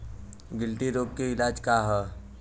गिल्टी रोग के इलाज का ह?